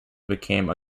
became